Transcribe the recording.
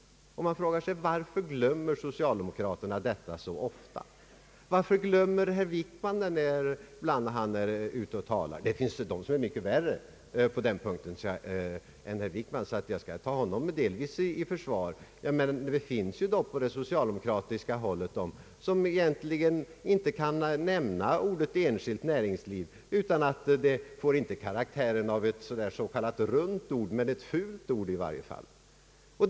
Man frågar sig varför socialdemokraterna glömmer detta så ofta. Varför glömmer herr Wickman det ibland när han är ute och talar? Det finns de som är mycket värre än herr Wickman på den punkten, så jag skall delvis ta honom i försvar. Men det finns på socialdemokratiskt håll personer som egentligen inte kan använda begreppet enskilt näringsliv utan att det får karaktären kanske inte av s.k. runt ord men i varje fall av fult ord.